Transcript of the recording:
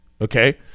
Okay